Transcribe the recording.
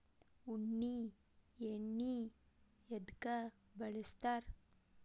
ಉಣ್ಣಿ ಎಣ್ಣಿ ಎದ್ಕ ಬಳಸ್ತಾರ್?